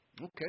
Okay